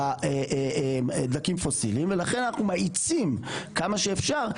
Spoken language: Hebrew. דלקים פוסיליים ולכן אנחנו מאיצים כמה שאפשר.